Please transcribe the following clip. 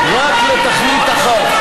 והן נועדו רק לתכלית אחת.